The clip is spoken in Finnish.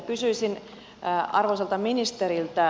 kysyisin arvoisalta ministeriltä